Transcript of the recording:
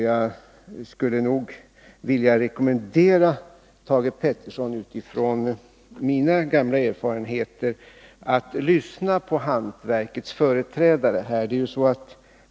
Jag skulle nog utifrån mina gamla erfarenheter vilja rekommendera Thage Peterson att lyssna på hantverkets företrädare.